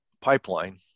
pipeline